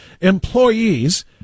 employees